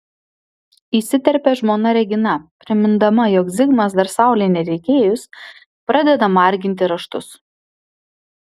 įsiterpia žmona regina primindama jog zigmas dar saulei netekėjus pradeda marginti raštus